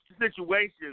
situation